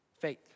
faith